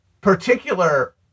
particular